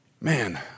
man